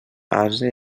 ase